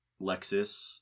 Lexus